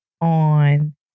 on